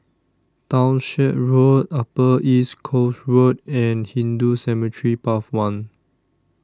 Townshend Road Upper East Coast Road and Hindu Cemetery Path one